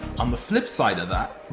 on the flip side of that,